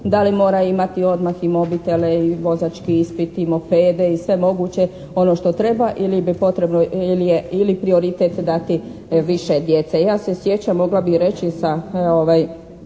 da li mora imati odmah i mobitele i vozački ispit i mopede i sve moguće ono što treba ili je prioritet dati više djece? Ja se sjećam, mogla bih reći, sa